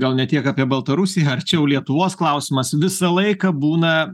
gal ne tiek apie baltarusiją arčiau lietuvos klausimas visą laiką būna